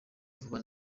vuba